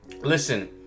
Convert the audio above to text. listen